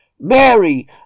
Mary